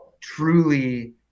truly